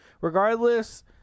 Regardless